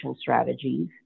strategies